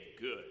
good